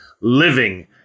living